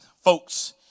folks